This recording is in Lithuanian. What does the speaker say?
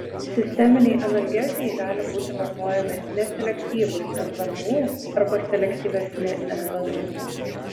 sisteminei analgezijai gali būti vartojami neselektyvūs nvnu arba selektyvesni nvnu